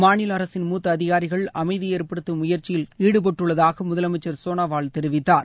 மாநில அரசின் மூத்த அதிகாரிகள் அமைதி ஏற்படுத்தும் முயற்சியில் ஈடுபட்டுள்ளதாக முதலமைச்சர் சோனாவால் தெரிவித்தார்